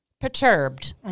perturbed